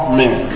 men